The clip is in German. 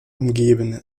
umgeben